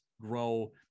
grow